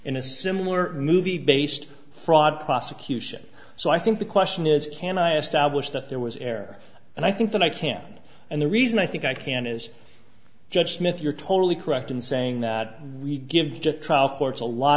in a similar movie based fraud prosecution so i think the question is can i asked i wish that there was air and i think that i can and the reason i think i can is judge smith you're totally correct in saying that we give